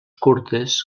curtes